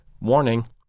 Warning